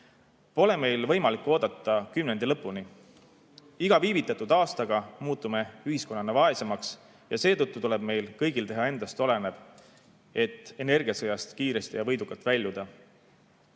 pole võimalik oodata kümnendi lõpuni. Iga viivitatud aastaga muutume ühiskonnana vaesemaks ja seetõttu tuleb meil kõigil teha endast olenev, et energiasõjast kiiresti ja võidukalt väljuda.